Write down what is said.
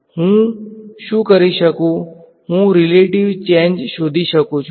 હુ શું કરી શકું છું કે હું રીલેટીવ ચેંજ શોધી શકું છું